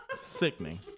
sickening